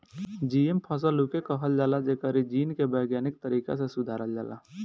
GM फसल उके कहल जाला जेकरी जीन के वैज्ञानिक तरीका से सुधारल जाला